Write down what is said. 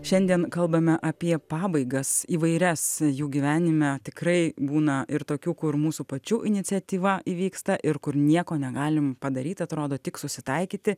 šiandien kalbame apie pabaigas įvairias jų gyvenime tikrai būna ir tokių kur mūsų pačių iniciatyva įvyksta ir kur nieko negalim padaryt atrodo tik susitaikyti